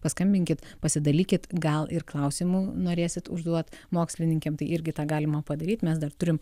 paskambinkit pasidalykit gal ir klausimų norėsit užduot mokslininkėm tai irgi tą galima padaryt mes dar turim